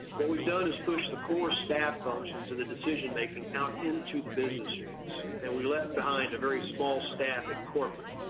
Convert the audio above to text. what we've done is push the core staff functions and the decision making out into the business units and we left behind a very small staff at corporate.